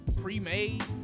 pre-made